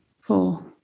four